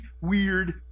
weird